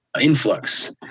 influx